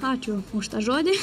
ačiū už tą žodį